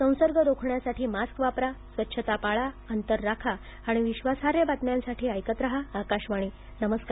संसर्ग रोखण्यासाठी मास्क वापरा स्वच्छता पाळा अंतर राखा आणि विश्वासार्ह बातम्यांसाठी ऐकत रहा आकाशवाणी नमस्कार